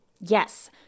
Yes